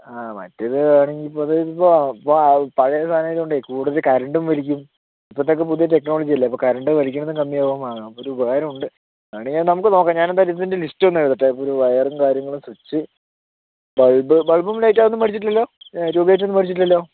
ആ മറ്റേത് വേണമെങ്കിൽ ഇപ്പോൾ അത് പഴയ സാധനം ആയതുകൊണ്ട് കൂടുതൽ കറണ്ടും വലിക്കും ഇപ്പോഴത്തെയൊക്കേ പുതിയ ടെക്നോളജിയല്ലേ അപ്പോൾ കറണ്ട് വലിക്കണതും കമ്മിയാകും ആ അപ്പോൾ ഒരു ഉപകാരമുണ്ട് വേണമെങ്കിൽ അതു നമുക്ക് നോക്കാം ഞാനെന്തായാലും ഇതിന്റെ ലിസ്റ്റൊന്നെഴുതട്ടെ ഒരു വയറും കാര്യങ്ങളും സ്വിച്ച് ബൾബ് ബൾബും ലൈറ്റും അതൊന്നും മേടിച്ചിട്ടില്ലല്ലോ ട്യൂബ് ലൈറ്റൊന്നും മേടിച്ചിട്ടില്ലലോ